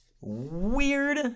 weird